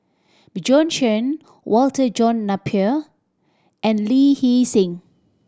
Bjorn Shen Walter John Napier and Lee Hee Seng